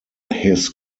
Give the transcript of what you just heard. his